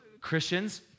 Christians